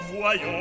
voyons